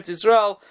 Israel